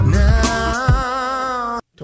now